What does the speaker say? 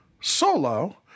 solo